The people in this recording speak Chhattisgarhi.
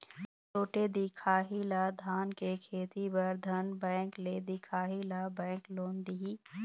छोटे दिखाही ला धान के खेती बर धन बैंक ले दिखाही ला बैंक लोन दिही?